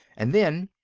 and then.